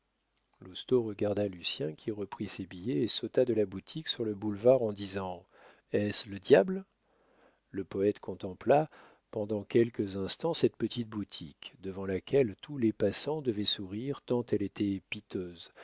lousteau regarda lucien qui reprit ses billets et sauta de la boutique sur le boulevard en disant est-ce le diable le poète contempla pendant quelques instants cette petite boutique devant laquelle tous les passants devaient sourire tant elle était piteuse